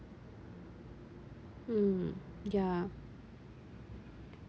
mm yeah